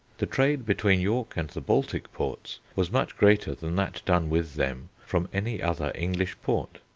the trade between york and the baltic ports was much greater than that done with them from any other english port.